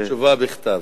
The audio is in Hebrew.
תשובה בכתב.